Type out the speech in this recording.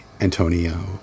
Antonio